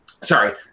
sorry